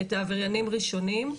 העבריינים ראשונים,